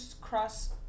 cross